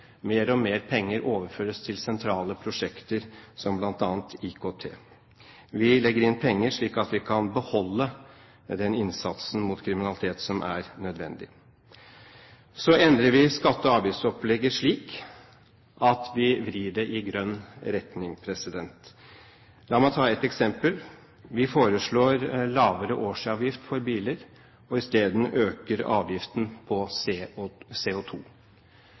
mer og mer penger overføres til sentrale prosjekter, som bl.a. IKT. Vi legger inn penger, slik at vi kan beholde den innsatsen mot kriminalitet som er nødvendig. Så endrer vi skatte- og avgiftsopplegget slik at vi vrir det i grønn retning. La meg ta et eksempel: Vi foreslår lavere årsavgift for biler, og isteden å øke avgiften på